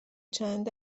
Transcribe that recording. چند